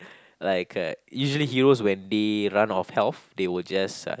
like uh usually heroes when they run of health they will just uh